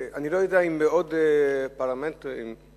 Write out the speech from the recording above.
אני לא יודע אם עוד פרלמנט בעולם,